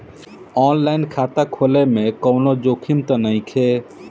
आन line खाता खोले में कौनो जोखिम त नइखे?